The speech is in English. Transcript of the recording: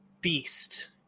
beast